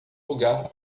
lugar